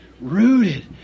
rooted